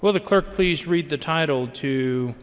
well the clerk please read the title to